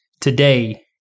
today